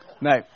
No